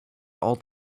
all